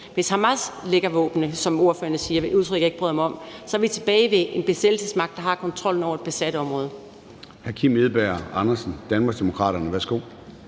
Hvis Hamas lægger våbnene, som ordføreren siger, og det er et udtryk, jeg ikke bryder mig om, er vi tilbage ved en besættelsesmagt, der har kontrollen over et besat område.